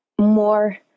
more